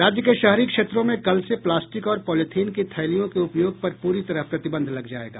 राज्य के शहरी क्षेत्रों में कल से प्लास्टिक और पॉलीथिन की थैलियों के उपयोग पर पूरी तरह प्रतिबंध लग जायेगा